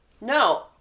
No